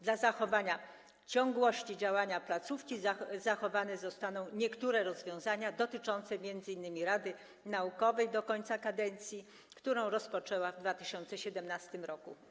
Dla utrzymania ciągłości działania placówki zachowane zostaną niektóre rozwiązania dotyczące m.in. Rady Naukowej do końca kadencji, która się rozpoczęła w 2017 r.